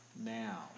now